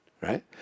right